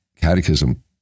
catechism